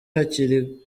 hakiri